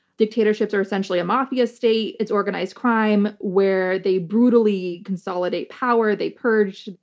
dictatorships are essentially a mafia state, it's organized crime where they brutally consolidate power, they purge.